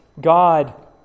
God